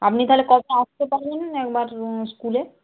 আপনি তাহলে কবে আসতে পারবেন একবার স্কুলে